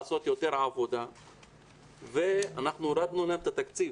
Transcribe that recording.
לעשות יותר עבודה ואנחנו הורדנו להם את התקציב.